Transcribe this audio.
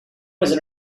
was